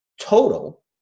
total